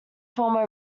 former